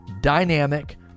dynamic